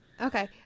Okay